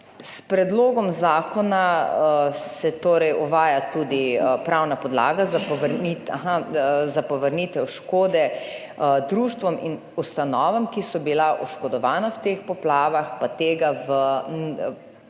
zakona se torej uvaja tudi pravna podlaga za povrnitev škode društvom in ustanovam, ki so bila oškodovana v teh poplavah, pa tega v